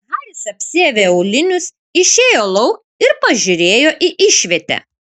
haris apsiavė aulinius išėjo lauk ir pažiūrėjo į išvietę